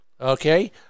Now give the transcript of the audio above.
Okay